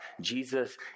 Jesus